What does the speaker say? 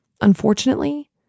Unfortunately